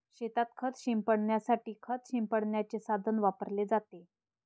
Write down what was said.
शेतात खत शिंपडण्यासाठी खत शिंपडण्याचे साधन वापरले जाते